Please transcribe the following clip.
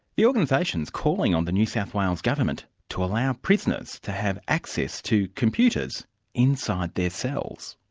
the organisation is calling on the new south wales government to allow prisoners to have access to computers inside their cells.